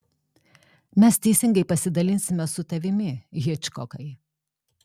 mes teisingai pasidalinsime su tavimi hičkokai